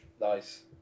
Nice